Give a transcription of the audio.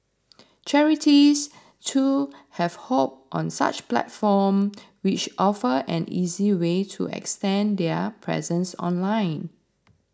charities too have hopped on such platform which offer an easy way to extend their presence online